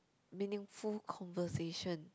meaningful conversation